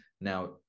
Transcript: Now